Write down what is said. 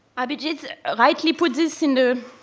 abhijit rightly put this in the